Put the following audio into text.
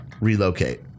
relocate